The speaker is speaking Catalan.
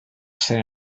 ser